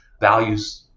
values